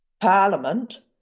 Parliament